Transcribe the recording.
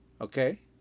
Okay